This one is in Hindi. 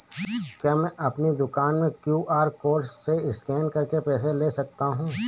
क्या मैं अपनी दुकान में क्यू.आर कोड से स्कैन करके पैसे ले सकता हूँ?